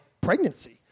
pregnancy